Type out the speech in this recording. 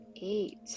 eight